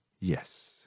Yes